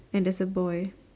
and there's a boy